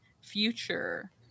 future